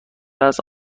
است